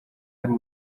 ari